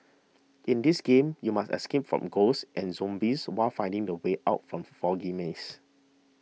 in this game you must escape from ghosts and zombies while finding the way out from foggy maze